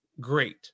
great